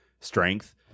strength